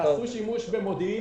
שעשו שימוש במודיעין